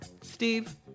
steve